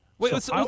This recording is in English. Wait